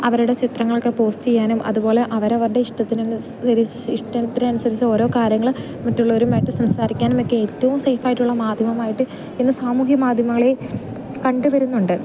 അവരുടെ ചിത്രങ്ങളൊക്കെ പോസ്റ്റ് ചെയ്യാനും അതുപോലെ അവരവരുടെ ഇഷ്ടത്തിനനുസരിച്ച് ഇഷ്ടത്തിനനുസരിച്ച് ഓരോ കാര്യങ്ങൾ മറ്റുള്ളവരുമായിട്ട് സംസാരിക്കാനുമൊക്കെ ഏറ്റവും സേഫായിട്ടുള്ള മാധ്യമമായിട്ട് ഇന്ന് സാമൂഹ്യ മാധ്യമങ്ങളെ കണ്ടുവരുന്നുണ്ട്